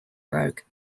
broke